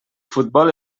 futbol